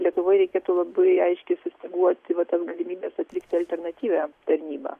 lietuvoj reikėtų labai aiškiai sustyguoti va tas galimybes atlikti alternatyvią tarnybą